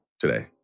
Today